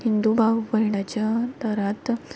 हिंदू भाव भयणाच्या दरांत